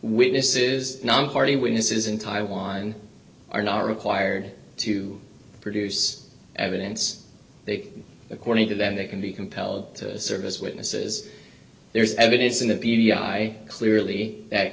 witnesses nonparty witnesses in taiwan are not required to produce evidence they according to them they can be compelled to serve as witnesses there is evidence in a beauty i clearly that